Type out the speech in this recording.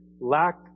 lack